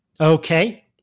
Okay